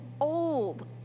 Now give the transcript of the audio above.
old